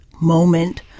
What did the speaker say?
moment